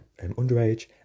Underage